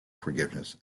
forgiveness